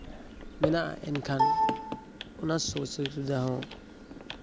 ᱢᱮᱱᱟᱜᱼᱟ ᱮᱱᱠᱷᱟᱱ ᱚᱱᱟ ᱥᱩᱡᱩᱜᱽ ᱥᱩᱵᱤᱫᱷᱟ ᱦᱚᱸ